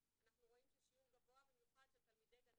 אנחנו רואים ששיעור גבוה במיוחד של תלמידי גני